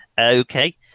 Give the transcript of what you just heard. Okay